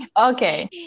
Okay